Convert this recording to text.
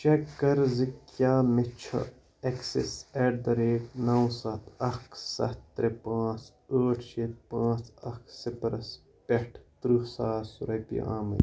check کَر زِ کیٛاہ مےٚ چھُ ایکسس ایٹ دَ ریٹ نو سَتھ اکھ سَتھ ترٛےٚ پانٛژھ ٲٹھ شیٚے پانٛژھ اکھ صفرس پٮ۪ٹھ ترٕہ ساس رۄپیہِ آمٕتۍ